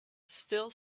still